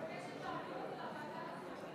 אני מבקשת להעביר את זה לוועדה לעובדים זרים.